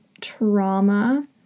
trauma